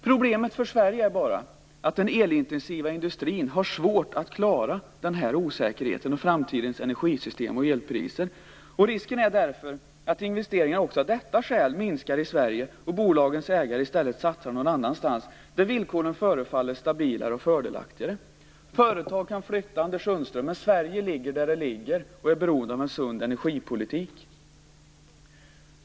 Problemet för Sverige är bara att den elintensiva industrin har svårt att klara den här osäkerheten om framtidens energisystem och elpriser. Risken är därför att investeringarna också av detta skäl minskar i Sverige och bolagens ägare i stället satsar någon annanstans där villkoren förefaller stabilare och fördelaktigare. Företag kan flytta, Anders Sundström, men Sverige ligger där det ligger och är beroende av en sund energipolitik.